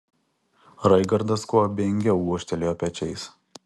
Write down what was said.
raigardas kuo abejingiau gūžtelėjo pečiais